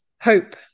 hope